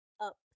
up